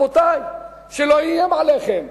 שלא איים עליכם.